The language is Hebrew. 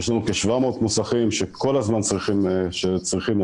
יש לנו כ-700 מוסכים שכל הזמן צריכים עובדים.